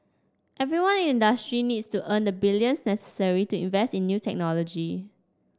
everyone in industry needs to earn the billions necessary to invest in new technology